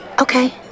Okay